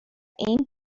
این